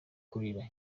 kurira